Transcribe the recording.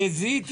זיהיתי